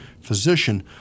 physician